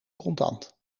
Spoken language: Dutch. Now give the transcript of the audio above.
contant